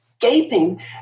gaping